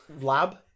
lab